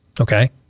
Okay